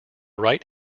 right